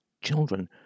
children